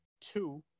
two